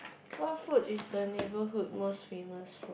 what food is the neighborhood most famous food